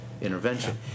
intervention